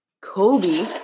Kobe